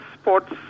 sports